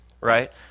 right